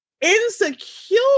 insecure